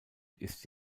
ist